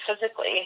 physically